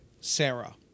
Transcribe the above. Sarah